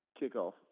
kickoff